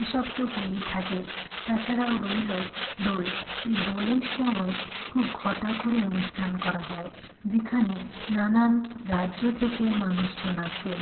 এসব তো হয়েই থাকে তাছাড়াও রইলো দোল এই দোলের সময় খুব ঘটা করে অনুষ্ঠান করা হয় যেখানে নানান রাজ্য থেকে মানুষজন আসেন